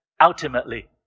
ultimately